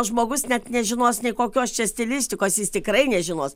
žmogus net nežinos nei kokios čia stilistikos jis tikrai nežinos